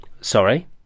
Sorry